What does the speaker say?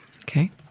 Okay